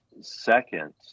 Second